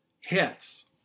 hits